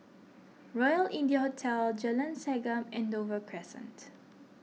Royal India Hotel Jalan Segam and Dover Crescent